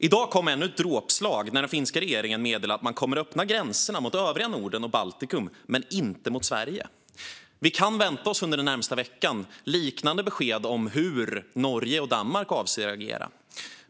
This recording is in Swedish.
I dag kom ännu ett dråpslag när den finska regeringen meddelade att man kommer att öppna gränserna mot övriga Norden och Baltikum - men inte mot Sverige. Vi kan under den närmaste veckan vänta oss liknande besked gällande hur Norge och Danmark avser att agera.